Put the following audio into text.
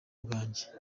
bwanjye